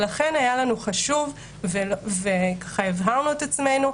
ולכן היה לנו חשוב והבהרנו את עצמנו,